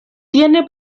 tiene